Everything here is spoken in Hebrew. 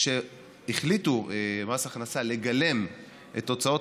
כשהחליטו במס הכנסה לגלם את הוצאות